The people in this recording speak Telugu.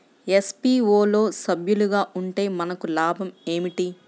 ఎఫ్.పీ.ఓ లో సభ్యులుగా ఉంటే మనకు లాభం ఏమిటి?